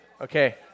Okay